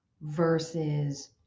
versus